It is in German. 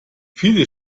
viele